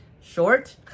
Short